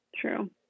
true